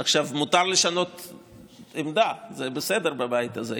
עכשיו, מותר לשנות עמדה, זה בסדר בבית הזה.